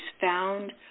found